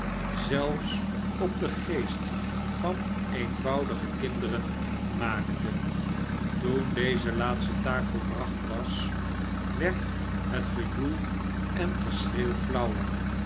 zelfs op den geest van eenvoudige kinderen maakte toen deze laatste taak volbracht was werd het gejoel en